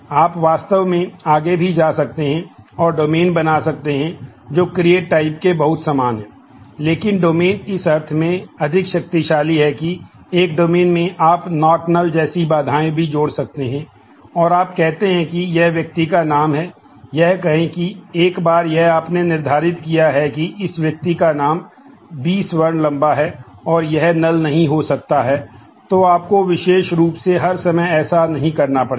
आप वास्तव में आगे भी जा सकते हैं और डोमेन नहीं हो सकता है तो आपको विशेष रूप से हर समय ऐसा नहीं करना पड़ेगा